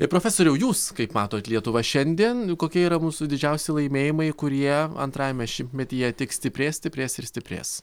profesoriau jūs kaip matot lietuvą šiandien kokie yra mūsų didžiausi laimėjimai kurie antrajame šimtmetyje tik stiprės stiprės ir stiprės